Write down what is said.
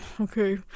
Okay